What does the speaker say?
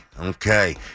Okay